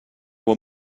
were